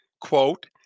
quote